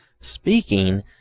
speaking